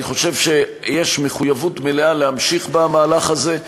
אני חושב שיש מחויבות מלאה להמשיך במהלך הזה.